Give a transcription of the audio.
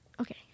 Okay